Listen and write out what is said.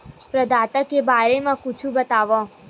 प्रदाता के बारे मा कुछु बतावव?